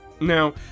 Now